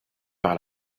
par